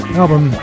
album